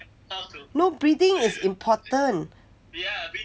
no breathing is important